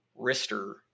Rister